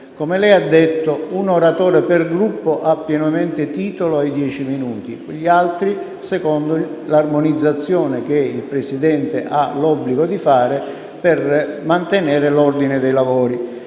Come lei ha detto, un oratore per Gruppo ha pienamente titolo ai dieci minuti; gli altri invece possono intervenire secondo l'armonizzazione che il Presidente ha l'obbligo di fare per mantenere l'ordine dei lavori.